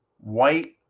white